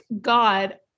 God